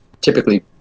typically